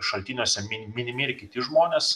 šaltiniuose minimi ir kiti žmonės